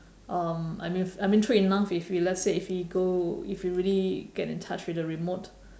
um I mean I mean true enough if we let's say if we go if you really get in touch with the remote